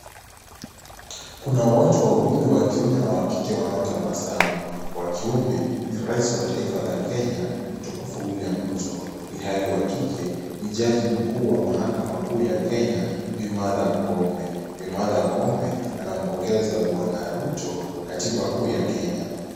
Kuna watu wawili wa kiume na wa kike wanaotabasamu, wa kiume ni rais wa taifa la Kenya, mtukufu William Ruto, ilhali wa kike ni jaji mkuu wa mahakama kuu ya Kenya, Bi. Martha Koome, Bi. Martha Koome anampokeza bwana Ruto katiba kuu ya Kenya.